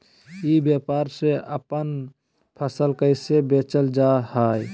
ई व्यापार से अपन फसल कैसे बेचल जा हाय?